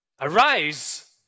Arise